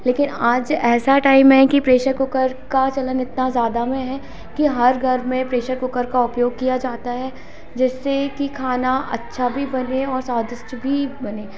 लेकिन आज ऐसा टाइम है कि प्रेशर कुकर का चलन इतना ज्यादा में है कि हर घर में प्रेशर कुकर का उपयोग किया जाता है जिससे कि खाना अच्छा भी बने स्वादिष्ट भी बने